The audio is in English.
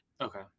Okay